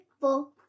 four